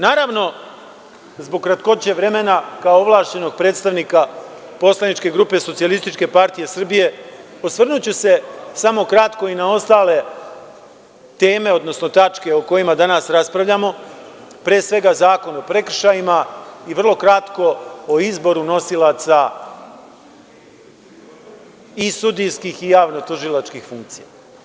Naravno, zbog kratkoće vremena kao ovlašćenog predstavnika poslaničke grupe SPS osvrnuću se samo kratko i na ostale teme, odnosno tačke o kojima danas raspravljamo, pre svega Zakon o prekršajima i vrlo kratko o izboru nosilaca i sudijskih i javnotužilačkih funkcija.